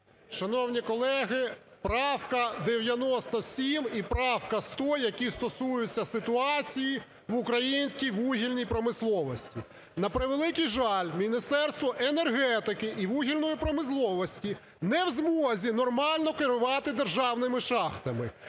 Шановні колеги, правка 97 і правка 100, які стосуються ситуації в українській вугільній промисловості. На превеликий жаль, Міністерство енергетики і вугільної промисловості не в змозі нормально керувати державними шахтами,